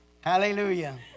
Hallelujah